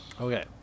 Okay